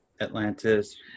Atlantis